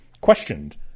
questioned